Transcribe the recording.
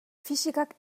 fisikak